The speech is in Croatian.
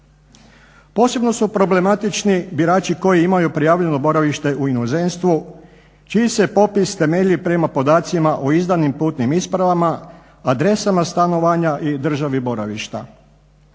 Posebno su problematični birači koji imaju prijavljeno boravište u inozemstvu čiji se popis temelji prema podacima o izdanim putnim ispravama, adresama stanovanja i državi boravišta.